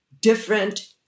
different